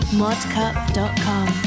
modcup.com